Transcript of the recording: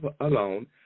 alone